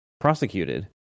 prosecuted